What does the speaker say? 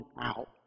out